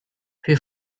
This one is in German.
wir